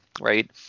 right